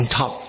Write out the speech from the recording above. top